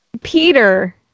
Peter